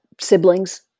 siblings